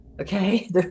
Okay